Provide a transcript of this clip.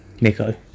Nico